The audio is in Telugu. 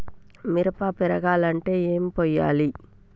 మిరప పెరగాలంటే ఏం పోయాలి?